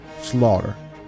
slaughter